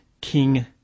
King